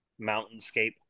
mountainscape